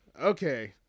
okay